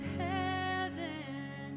heaven